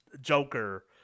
joker